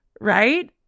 Right